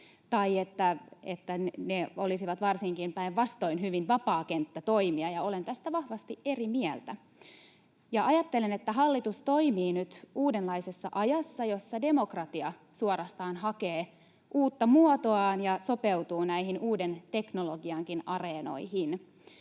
tai että ne olisivat varsinkin päinvastoin hyvin vapaa kenttä toimia. Olen tästä vahvasti eri mieltä ja ajattelen, että hallitus toimii nyt uudenlaisessa ajassa, jossa demokratia suorastaan hakee uutta muotoaan ja sopeutuu näihin uuden teknologiankin areenoihin.